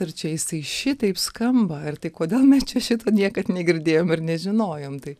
ir čia jisai šitaip skamba tai kodėl mes čia šito niekad negirdėjom ir nežinojom tai